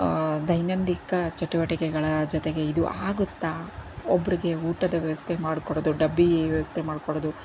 ದೈನಂದಿನ ಚಟುವಟಿಕೆಗಳ ಜೊತೆಗೆ ಇದು ಆಗುತ್ತಾ ಒಬ್ಬರಿಗೆ ಊಟದ ವ್ಯವಸ್ಥೆ ಮಾಡಿಕೊಡೋದು ಡಬ್ಬಿ ವ್ಯವಸ್ಥೆ ಮಾಡಿಕೊಡೋದು